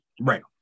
Right